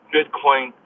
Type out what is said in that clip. Bitcoin